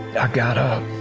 i got up,